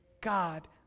God